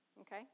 Okay